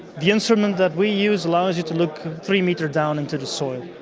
the instrument that we use largely to look three metres down into the soil.